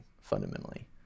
fundamentally